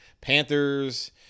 Panthers